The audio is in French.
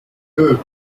deux